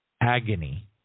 agony